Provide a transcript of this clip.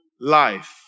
life